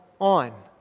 on